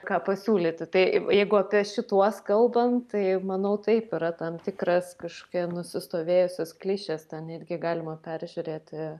ką pasiūlyti tai jeigu apie šituos kalbant tai manau taip yra tam tikras kažkokie nusistovėjusios klišės ten irgi galima peržiūrėti